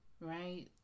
right